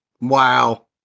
Wow